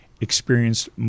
experienced